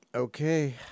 Okay